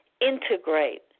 integrate